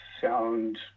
sound